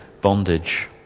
bondage